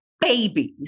Babies